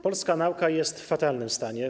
Polska nauka jest w fatalnym stanie.